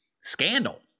scandal